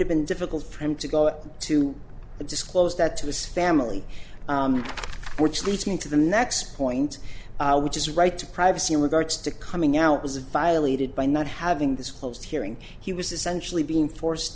have been difficult for him to go to disclose that to his family which leads me to the next point which is right to privacy in regards to coming out was violated by not having this closed hearing he was essentially being forced